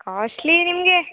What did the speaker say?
costly ನಿಮಗೆ